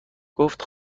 گفت